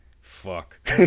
Fuck